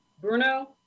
Bruno